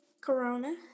corona